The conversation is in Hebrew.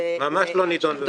ממש לא נידון בבג"צ.